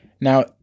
Now